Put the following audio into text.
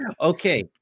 Okay